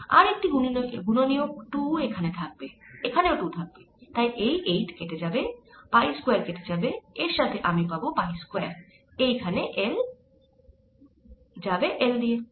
আর একটি গুণনীয়ক 2 এখানে থাকবে এখানেও 2 থাকবে তাই এই 8 কেটে যাবে পাই স্কয়ার কেটে যাবে এর সাথে আর আমি পাবো পাই স্কয়ার এই L যানে L দিয়ে